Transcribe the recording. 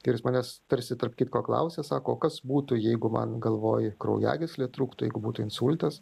ir jis manęs tarsi tarp kitko klausia sako o kas būtų jeigu man galvoje kraujagyslė trūktų jeigu būtų insultas